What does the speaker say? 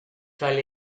cael